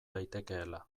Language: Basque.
daitekeela